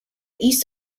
east